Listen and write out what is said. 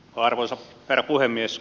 arvoisa herra puhemies